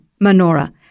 menorah